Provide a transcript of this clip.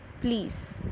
Please